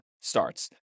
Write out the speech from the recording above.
starts